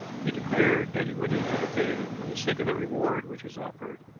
he declared that he went into the thing for the sake of the reward which was offered,